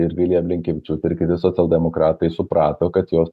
ir vilija blinkevičiūtė ir kiti socialdemokratai suprato kad jos